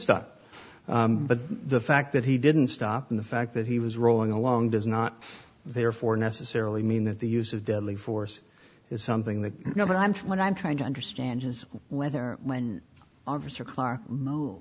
stop but the fact that he didn't stop in the fact that he was rolling along does not therefore necessarily mean that the use of deadly force is something that you know what i'm trying i'm trying to understand is whether when officer clar